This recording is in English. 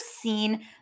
seen